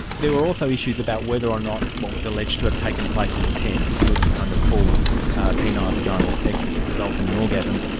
there were also issues about whether or not what was alleged to have taken place in the tent which was, kind of, full penile-vaginal sex resulting in orgasm,